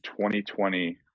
2020